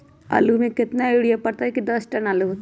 आलु म केतना यूरिया परतई की दस टन आलु होतई?